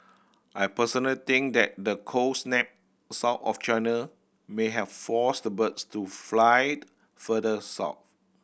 I personal think that the cold snap south of China may have forced the birds to fly further south